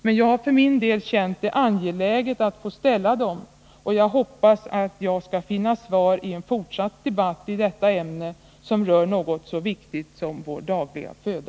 Men jag har för min del känt det angeläget att få ställa dem, och jag hoppas att jag skall finna svar i en fortsatt debatt i detta ämne, som rör något så viktigt som vår dagliga föda.